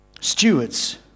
stewards